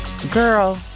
Girl